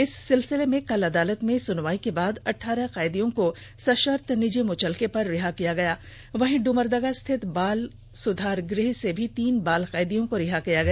इस सिलसिले में कल अदालत में सुनवाई के बाद अट्टारह कैदियों को सशर्त निजी मुचलके पर रिहा किया गया वहीं डुमरडगा स्थित बाल सुधार गृह से भी तीन बाल कैदियों को रिहा किया गया